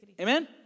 Amen